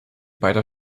beider